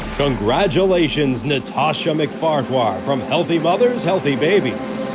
congratulations natasha mcfarquhar from healthy mothers healthy babies